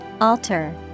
Alter